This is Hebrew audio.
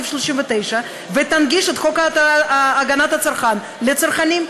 39 ותנגיש את חוק הגנת הצרכן לצרכנים,